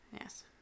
yes